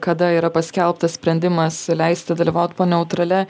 kada yra paskelbtas sprendimas leisti dalyvauti po neutralia